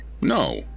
No